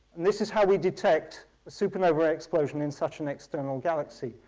this is how we detect a supernova explosion in such an external galaxy,